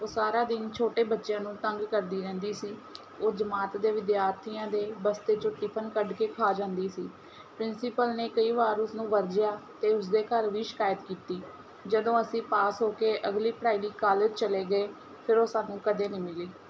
ਉਹ ਸਾਰਾ ਦਿਨ ਛੋਟੇ ਬੱਚਿਆਂ ਨੂੰ ਤੰਗ ਕਰਦੀ ਰਹਿੰਦੀ ਸੀ ਉਹ ਜਮਾਤ ਦੇ ਵਿਦਿਆਰਥੀਆਂ ਦੇ ਬਸਤੇ 'ਚੋਂ ਟਿਫਨ ਕੱਢ ਕੇ ਖਾ ਜਾਂਦੀ ਸੀ ਪ੍ਰਿੰਸੀਪਲ ਨੇ ਕਈ ਵਾਰ ਉਸਨੂੰ ਵਰਜਿਆ ਅਤੇ ਉਸਦੇ ਘਰ ਵੀ ਸ਼ਿਕਾਇਤ ਕੀਤੀ ਜਦੋਂ ਅਸੀਂ ਪਾਸ ਹੋ ਕੇ ਅਗਲੀ ਪੜ੍ਹਾਈ ਲਈ ਕਾਲਜ ਚਲੇ ਗਏ ਫਿਰ ਉਹ ਸਾਨੂੰ ਕਦੇ ਨਹੀਂ ਮਿਲੀ